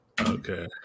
Okay